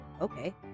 okay